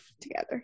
together